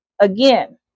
again